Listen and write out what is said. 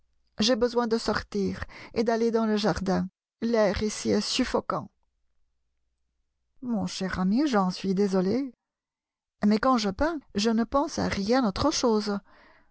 j'ai besoin de sortir et d'aller dans le jardin l'air ici est suffocant mon cher ami j'en suis désolé mais quand je peins je ne pense à rien autre chose